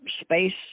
space